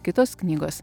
kitos knygos